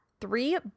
three